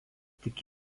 tik